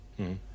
-hmm